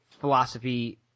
philosophy